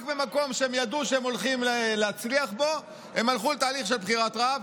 רק במקום שהם ידעו שהם הולכים להצליח בו הם הלכו לתהליך של בחירת רב,